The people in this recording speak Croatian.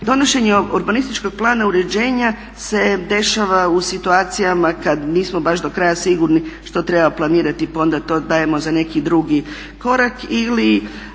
Donošenje urbanističkog plana uređenja se dešava u situacijama kada nismo baš do kraja sigurni što treba planirati pa onda to dajemo za neki drugi korak